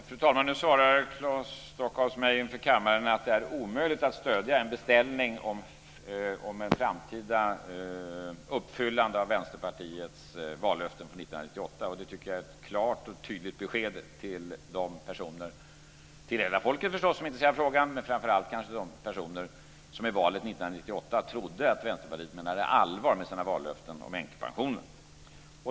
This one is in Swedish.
Fru talman! Nu svarar Claes Stockhaus mig inför kammaren att det är omöjligt att stödja en beställning av ett framtida uppfyllande av Vänsterpartiets vallöften från 1998. Det tycker jag är ett klart och tydligt besked till hela folket, som är intresserat av frågan, men framför allt till de personer som i valet 1998 trodde att Vänsterpartiet menade allvar med sina vallöften om änkepensionen.